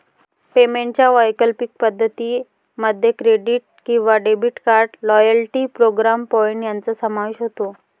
पेमेंटच्या वैकल्पिक पद्धतीं मध्ये क्रेडिट किंवा debit card, loyalty program point यांचा समावेश होतो